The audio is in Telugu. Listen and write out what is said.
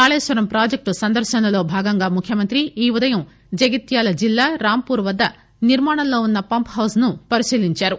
కాళేశ్వరం ప్రాజెక్టు సందర్శనలో భాగంగా ముఖ్యమంత్రి ఈ ఉదయం జగిత్యాల జిల్లా రాంపూర్ వద్ద నిర్మాణంలో వున్న పంప్ హౌజ్ను పరిశీలించారు